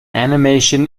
animation